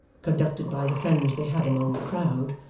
conducted by the friends they had among the crowd,